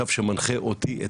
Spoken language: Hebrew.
קו שמנחה אותי,